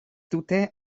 dute